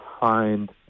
find